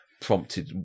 prompted